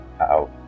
out